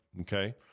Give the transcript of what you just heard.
okay